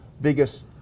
biggest